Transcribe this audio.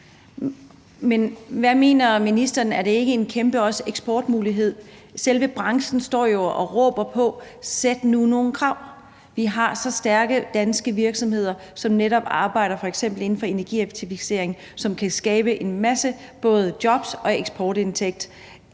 Men mener ministeren ikke også, at det er en kæmpe eksportmulighed? Branchen står jo og råber: Sæt nu nogle krav. Vi har så stærke danske virksomheder, som netop arbejder inden for f.eks. energieffektivisering, og som kan skabe en masse jobs og eksportindtægter.